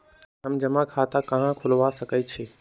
हम जमा खाता कहां खुलवा सकई छी?